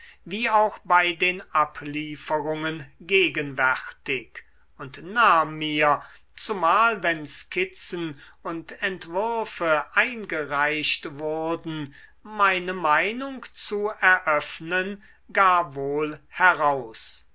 wie auch bei den ablieferungen gegenwärtig und nahm mir zumal wenn skizzen und entwürfe eingereicht wurden meine meinung zu eröffnen gar wohl heraus